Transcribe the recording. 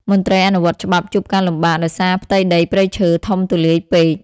មន្ត្រីអនុវត្តច្បាប់ជួបការលំបាកដោយសារផ្ទៃដីព្រៃឈើធំទូលាយពេក។